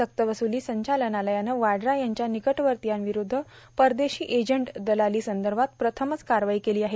सक्तवस्त्ली संचालनालयानं वाड्रां यांच्या निकटवर्तियांविरुद्ध परदेशी एजंट दलाली संदर्भात प्रथमच कारवाई केली आहे